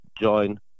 join